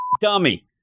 dummy